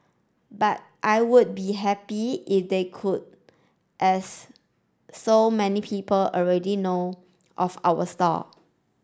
but I would be happy if they could as so many people already know of our stall